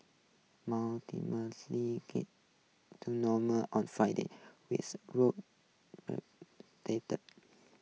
to normal on Friday with roads